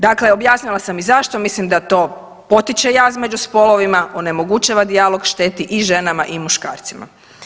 Dakle, objasnila sam i zašto mislim da to potiče jaz među spolovima, onemogućava dijalog, šteti i ženama i muškarcima.